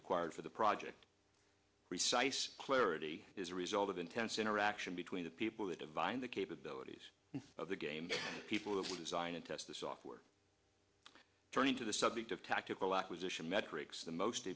required for the project precise clarity is a result of intense interaction between the people the divine the capabilities of the game people who will design and test the software turning to the subject of tactical